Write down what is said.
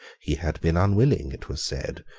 he had been unwilling, it was said,